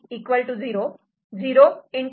C 0 0